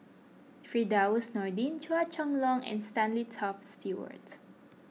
Firdaus Nordin Chua Chong Long and Stanley Toft Stewart